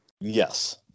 Yes